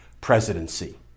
presidency